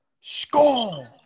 score